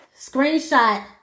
screenshot